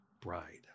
bride